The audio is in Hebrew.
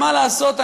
ומה לעשות,